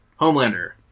Homelander